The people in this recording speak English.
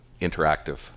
interactive